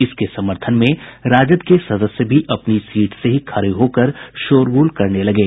इसके समर्थन में राजद के सदस्य भी अपनी सीट से ही खड़े होकर शोरगुल करने लगे